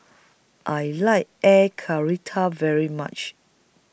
I like Air Karthira very much